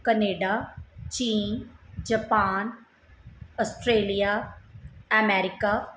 Canada ਚੀਨ Japan Australia America